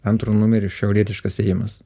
antru numeriu šiaurietiškas ėjimas